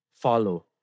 follow